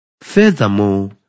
Furthermore